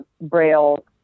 Braille